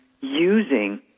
using